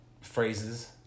Phrases